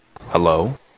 Hello